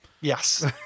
Yes